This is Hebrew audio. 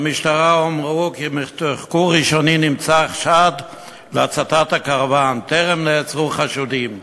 במשטרה אמרו כי מתחקור ראשוני של הצתת הקרוון טרם נעצרו חשודים.